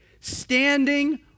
standing